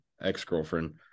ex-girlfriend